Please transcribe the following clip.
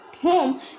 home